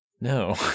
No